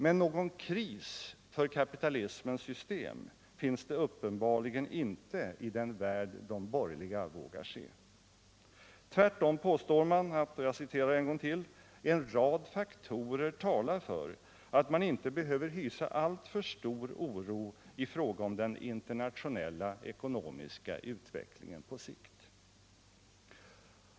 Men någon kris för kapitalismens system finns det uppenbarligen inte i den värld de borgerliga vågar se. Tvärtom påstår man att ”en rad faktorer talar för att man inte behöver hysa alltför stor oro i fråga om den internationella ekonomiska utvecklingen på sikt”.